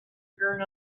earn